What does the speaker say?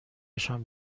نشان